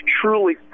truly